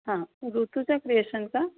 हां ऋतुजा क्रियेशन का